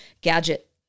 gadget